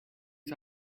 you